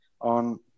on